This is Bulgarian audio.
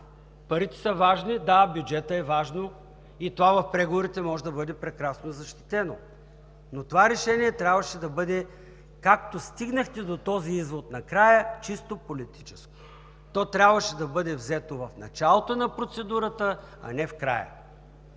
парите са важни. Да, бюджетът е важен. И това в преговорите може да бъде прекрасно защитено. Но това решение трябваше да бъде – както стигнахте до този извод накрая, чисто политическо. То трябваше да бъде взето в началото на процедурата, а не в края.